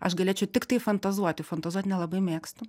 aš galėčiau tiktai fantazuoti fantazuot nelabai mėgstu